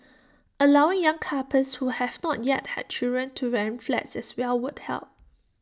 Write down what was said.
allowing young couples who have not yet had children to rent flats as well would help